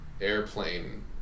airplane